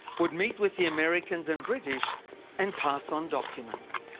would meet with the americans and british and pass on documents.